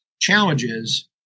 challenges